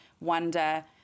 wonder